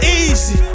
easy